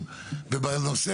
כמו שכבר אמרתי בישיבה הקודמת בנושא